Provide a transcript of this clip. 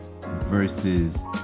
versus